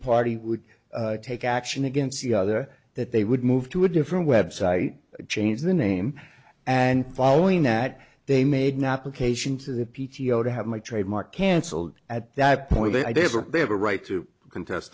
party would take action against the other that they would move to a different website change the name and following that they made not occasion to the p t o to have my trademark cancelled at that point they have a right to contes